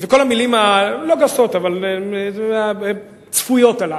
וכל המלים הלא גסות אבל הצפויות הללו.